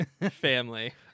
family